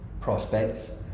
prospects